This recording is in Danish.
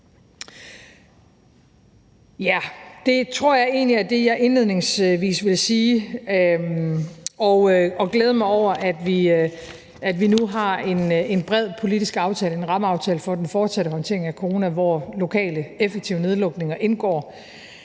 Det tror jeg egentlig er det, jeg indledningsvis vil sige. Jeg vil glæde mig over, at vi nu har en bred politisk rammeaftale for den fortsatte håndtering af corona, hvor lokale, effektive nedlukninger indgår,